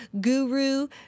guru